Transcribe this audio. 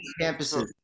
campuses